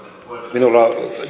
minulla on